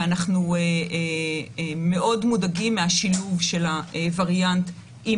אנחנו מודאגים מאוד מהשילוב של הווריאנט עם